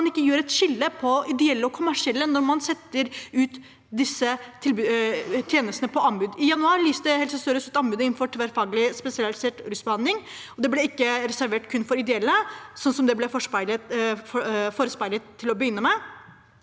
man ikke gjør et skille på ideelle og kommersielle når man setter disse tjenestene ut på anbud. I januar lyste Helse sør-øst ut anbud innenfor tverrfaglig spesialisert rusbehandling. Det ble ikke reservert kun for ideelle, slik det ble forespeilet til å begynne med.